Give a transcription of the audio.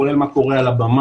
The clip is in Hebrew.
כולל מה קורה על הבמה,